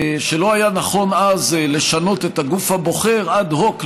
שלא היה נכון לשנות את הגוף הבוחר אד-הוק,